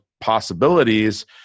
possibilities